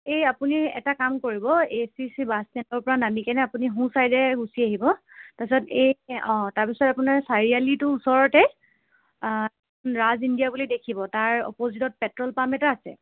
এই আপুনি এটা কাম কৰিব A S T C bus ষ্টেণ্ডৰ পৰা নামিকেনে আপুনি সোঁ ছাইডে গুচি আহিব তাৰপিছত এই অঁ তাৰপিছত আপোনাৰ চাৰিআলিটোৰ ওচৰতে ৰাজ ইণ্ডিয়া বুলি দেখিব তাৰ অপজিটত পেট্ৰ'ল পাম্প এটা আছে